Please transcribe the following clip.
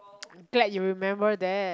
glad you remember that